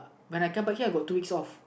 when I come back here I got two weeks off